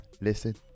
listen